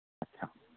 ꯑꯠꯁꯥ